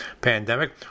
pandemic